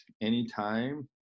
anytime